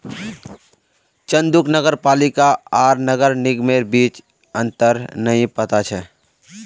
चंदूक नगर पालिका आर नगर निगमेर बीच अंतर नइ पता छ